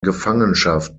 gefangenschaft